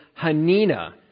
Hanina